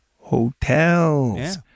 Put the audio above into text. Hotels